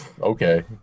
Okay